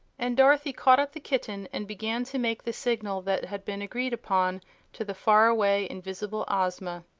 and dorothy caught up the kitten and began to make the signal that had been agreed upon to the far-away invisible ozma.